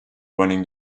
running